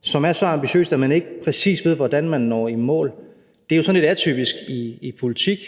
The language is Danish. som er så ambitiøst, at man ikke præcis ved, hvordan man når i mål, er lidt atypisk i politik,